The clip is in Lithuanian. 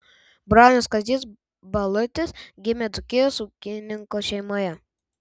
bronius kazys balutis gimė dzūkijos ūkininko šeimoje